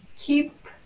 keep